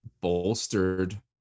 bolstered